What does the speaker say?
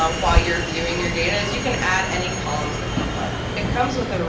um while you're viewing your data is you can add any columns that you'd like it comes with ah